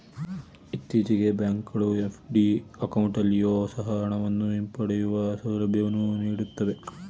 ಇತ್ತೀಚೆಗೆ ಬ್ಯಾಂಕ್ ಗಳು ಎಫ್.ಡಿ ಅಕೌಂಟಲ್ಲಿಯೊ ಸಹ ಹಣವನ್ನು ಹಿಂಪಡೆಯುವ ಸೌಲಭ್ಯವನ್ನು ನೀಡುತ್ತವೆ